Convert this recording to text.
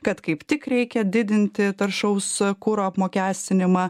kad kaip tik reikia didinti taršaus kuro apmokestinimą